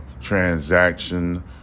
transaction